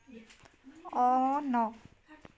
on